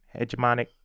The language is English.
hegemonic